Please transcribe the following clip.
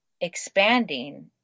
expanding